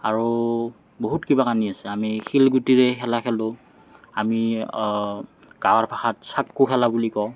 আৰু বহুত কিবা কানি আছে আমি শিলগুটিৰে খেলা খেলোঁ আমি গাঁৱৰ ভাষাত চাকু খেলা বুলি কওঁ